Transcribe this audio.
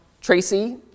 Tracy